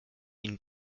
ihnen